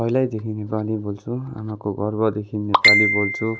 पहिल्यैदेखि नेपाली बोल्छु आमाको गर्भदेखिन् नेपाली बोल्छु